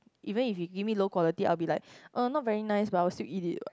even if you give me low quality I'll be like uh not very nice but I'll still eat it what